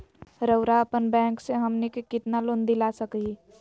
रउरा अपन बैंक से हमनी के कितना लोन दिला सकही?